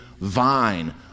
vine